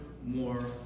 More